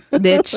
this